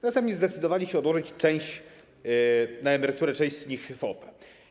Następnie zdecydowali się odłożyć na emeryturę część z nich w OFE.